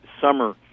summer